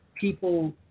people